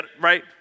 right